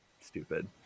stupid